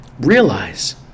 realize